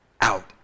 out